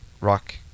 rock